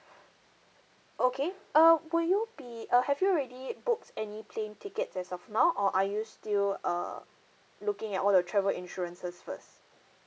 okay uh will you be uh have you already booked any plane tickets as of now or are you still uh looking at all the travel insurances first